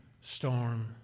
storm